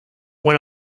when